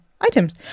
items